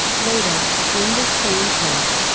later, in this same case,